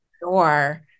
Sure